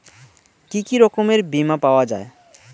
কি কি রকমের বিমা পাওয়া য়ায়?